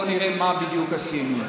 בואו נראה מה בדיוק עשינו.